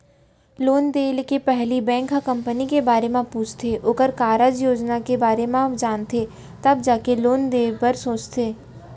loan देय के पहिली बेंक ह कंपनी के बारे म पूछथे ओखर कारज योजना के बारे म जानथे तब जाके लोन देय बर सोचथे